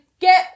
Get